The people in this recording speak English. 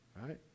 right